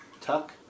Tuck